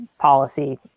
policy